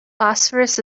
phosphorus